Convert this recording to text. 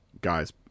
guys